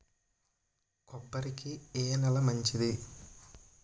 కొబ్బరి కి ఏ నేల మంచిది?